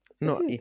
No